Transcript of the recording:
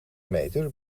meter